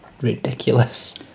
ridiculous